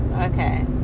Okay